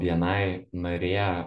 bni narė